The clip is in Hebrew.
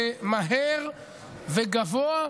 ומהר וגבוה.